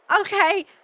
okay